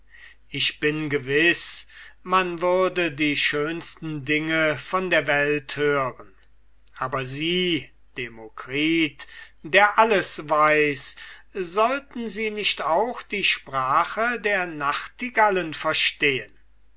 ich bin gewiß man würde die schönsten dinge von der welt hören aber sie demokritus der alles weiß sollten sie nicht auch die sprache der nachtigallen verstehen